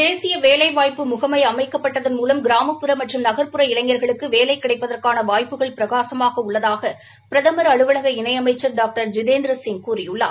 தேசிய வேலைவாய்ப்பு முகமை அமைக்கப்பட்டதன் மூலம் கிராமப்புற மற்றும் நக்புற இளைஞர்களுக்கு வேலை கிடைப்பதற்கான வாய்ப்புகள் பிரகாசமாக உள்ளதாக பிரதம் அலுவலக இணை அமைச்சர் டாக்டர் ஜிதேந்திரசிங் கூறியுள்ளார்